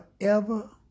forever